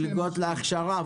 מלגות להכשרה.